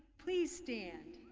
please stand